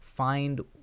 find